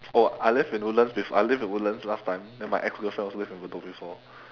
oh I lived in woodlands before I lived in woodlands last time then my ex girlfriend also live in bedok before